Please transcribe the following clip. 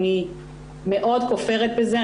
אני מאוד כופרת בזה.